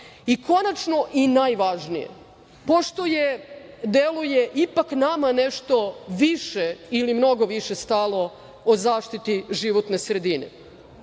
zakona. Konačno i najvažnije, pošto je, deluje ipak nama nešto više ili mnogo više stalo o zaštiti životne sredine,